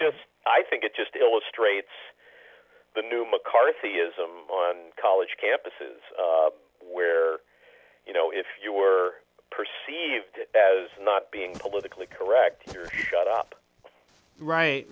just i think it just illustrates the new mccarthyism on college campuses where you know if you were perceived as not being politically correct you're shut up right